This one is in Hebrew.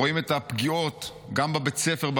רואים את הפגיעות גם בבית הספר,